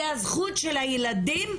זה הזכות של הילדים,